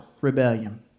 rebellion